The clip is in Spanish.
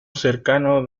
cercano